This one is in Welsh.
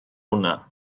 hwnna